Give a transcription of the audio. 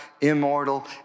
immortal